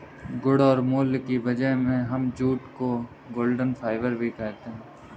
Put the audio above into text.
गुण और मूल्य की वजह से हम जूट को गोल्डन फाइबर भी कहते है